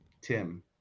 tim